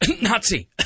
Nazi